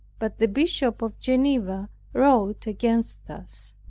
but the bishop of geneva wrote against us.